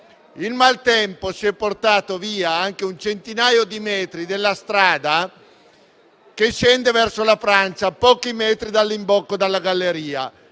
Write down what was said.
Il maltempo si è portato via anche una cinquantina di metri della strada che scende verso la Francia, a pochi metri dall'imbocco della galleria.